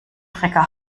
trecker